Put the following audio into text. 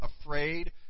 afraid